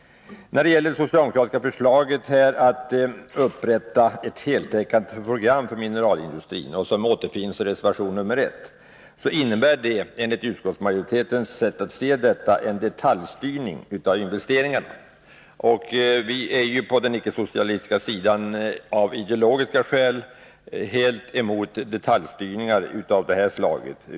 Det socialdemokratiska förslaget om upprättande av ett heltäckande program för mineralindustrin — ett förslag som återfinns i reservation 1 — innebär enligt utskottsmajoritetens sätt att se en detaljstyrning av investeringarna. Vi är ju på den icke-socialistiska sidan av ideologiska skäl helt emot detaljstyrningar av det här slaget.